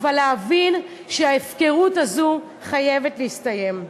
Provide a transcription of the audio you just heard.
אבל להבין שההפקרות הזאת חייבת להסתיים.